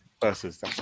Versus